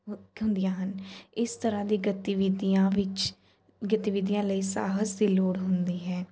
ਮੁੱਖ ਹੁੰਦੀਆਂ ਹਨ ਇਸ ਤਰ੍ਹਾਂ ਦੀ ਗਤੀਵਿਧੀਆਂ ਵਿੱਚ ਗਤੀਵਿਧੀਆਂ ਲਈ ਸਾਹਸ ਦੀ ਲੋੜ ਹੁੰਦੀ ਹੈ